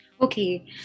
Okay